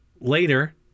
later